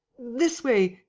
this way.